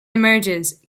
emerges